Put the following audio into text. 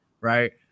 right